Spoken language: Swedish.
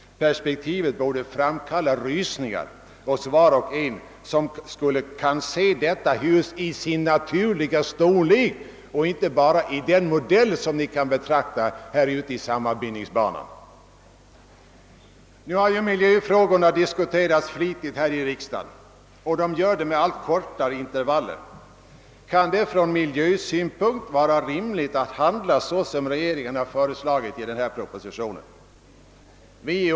Perspektivet borde framkalla rysningar hos var och en som kan se för sig detta hus i dess naturliga storlek och inte bara i den modell ni kan betrakta i sammanbindningsbanan. Miljöfrågorna har diskuterats flitigt här i riksdagen, och de diskuteras med allt kortare intervaller. Kan det från miljösynpunkt vara rimligt att handla så som regeringen föreslagit i propositionen?